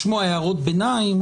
לשמוע הערות ביניים.